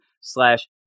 slash